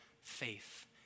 faith